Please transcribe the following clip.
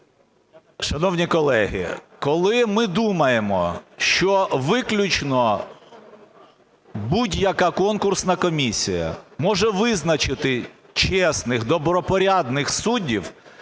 Шановні колеги, коли ми думаємо, що виключно будь-яка конкурсна комісія може визначити чесних, добропорядних суддів,